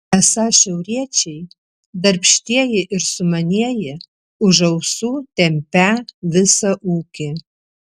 esą šiauriečiai darbštieji ir sumanieji už ausų tempią visą ūkį